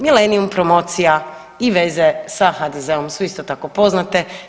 Milenium promocija i veze sa HDZ-om su isto tako poznate.